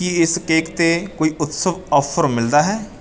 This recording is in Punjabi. ਕੀ ਇਸ ਕੇਕ 'ਤੇ ਕੋਈ ਉਤਸਵ ਆਫ਼ਰ ਮਿਲਦਾ ਹੈ